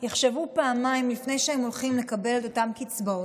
יחשבו פעמיים לפני שהם הולכים לקבל את אותן קצבאות.